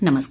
नमस्कार